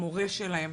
המורה שלהן.